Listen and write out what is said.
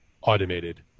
automated